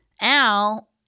Al